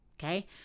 Okay